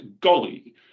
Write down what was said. Golly